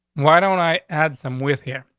why don't i add some with here?